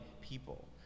people